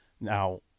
Now